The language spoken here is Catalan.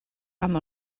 amb